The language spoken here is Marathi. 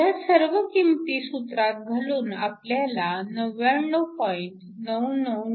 ह्या सर्व किंमती सूत्रात घालून आपल्याला 99